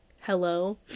hello